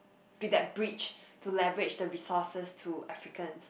be that bridge to leverage the resources to Africans